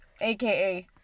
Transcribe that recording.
aka